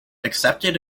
accepted